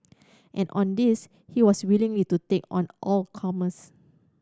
and on this he was willingly to take on all comers